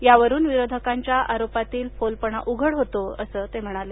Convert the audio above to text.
यावरून विरोधकांच्या आरोपातील फोलपणा उघड होतो अस ते म्हणाले